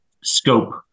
scope